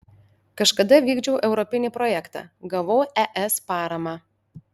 kažkada vykdžiau europinį projektą gavau es paramą